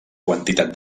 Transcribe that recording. quantitat